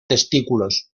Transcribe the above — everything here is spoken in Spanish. testículos